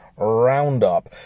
Roundup